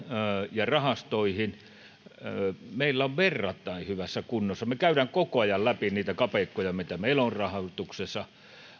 ja rahastoihin ne ovat meillä verrattain hyvässä kunnossa me käymme koko ajan läpi niitä kapeikkoja mitä meillä on rahoituksessa